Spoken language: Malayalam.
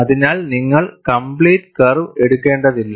അതിനാൽ നിങ്ങൾ കംപ്ലീറ്റ് കർവ് എടുക്കേണ്ടതില്ല